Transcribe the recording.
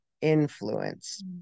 influence